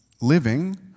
living